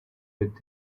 with